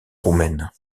roumaine